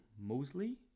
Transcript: mosley